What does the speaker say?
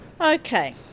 Okay